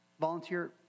volunteer